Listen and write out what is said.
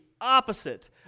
opposite